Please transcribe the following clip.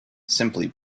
simply